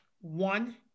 one